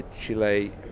Chile